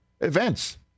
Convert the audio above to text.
events